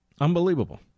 Unbelievable